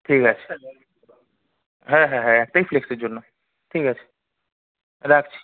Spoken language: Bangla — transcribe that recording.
ঠিক আছে হ্যাঁ হ্যাঁ হ্যাঁ একটাই ফ্লেক্সের জন্য ঠিক আছে রাখছি